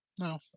No